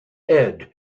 head